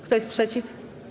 Kto jest przeciw?